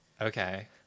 Okay